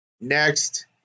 Next